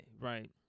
right